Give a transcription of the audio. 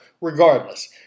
regardless